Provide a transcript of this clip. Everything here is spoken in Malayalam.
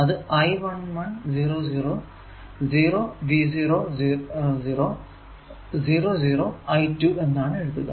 അത് I 1 0 0 0 V 0 0 0 0 I2 എന്നാണ് എഴുതുക